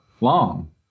long